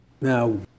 Now